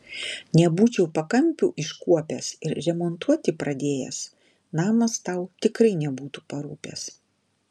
nebūčiau pakampių iškuopęs ir remontuoti pradėjęs namas tau tikrai nebūtų parūpęs